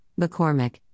McCormick